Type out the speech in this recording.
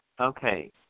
Okay